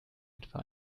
etwa